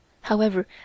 However